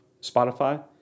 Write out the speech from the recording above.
Spotify